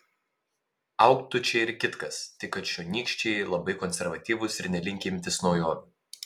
augtų čia ir kitkas tik kad čionykščiai labai konservatyvūs ir nelinkę imtis naujovių